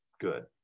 good